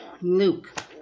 Luke